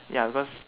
ya because